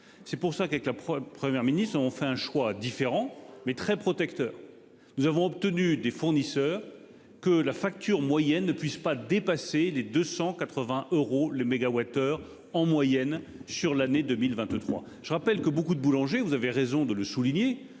C'est pour ça qu'avec la Première ministre ont fait un choix différent mais très protecteur. Nous avons obtenu des fournisseurs que la facture moyenne ne puissent pas dépasser les 280 euros le mégawattheure. En moyenne sur l'année 2023. Je rappelle que beaucoup de boulanger. Vous avez raison de le souligner,